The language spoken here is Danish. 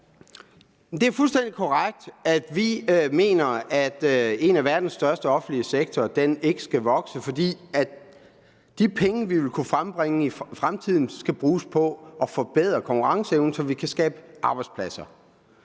Det er fuldstændig korrekt, at vi mener, at en af verdens største offentlige sektorer ikke skal vokse, for de penge, vi ville kunne frembringe i fremtiden, skal bruges på at forbedre konkurrenceevnen, så vi kan skabe arbejdspladser.